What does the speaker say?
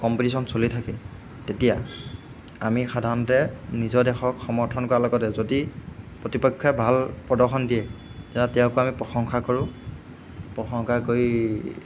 competition চলি থাকে তেতিয়া আমি সাধাৰণতে নিজৰ দেশক সমৰ্থন কৰাৰ লগতে যদি প্ৰতিপক্ষই ভাল প্ৰদৰ্শন দিয়ে তেতিয়া তেওঁকো আমি প্ৰশংসা কৰোঁ প্ৰশংসা কৰি